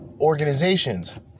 organizations